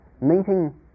meeting